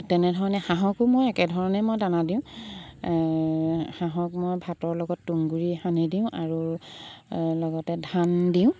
তেনেধৰণে হাঁহকো মই একেধৰণে মই দানা দিওঁ হাঁহক মই ভাতৰ লগত তুঁহগুৰি সানি দিওঁ আৰু লগতে ধান দিওঁ